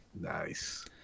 nice